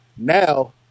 now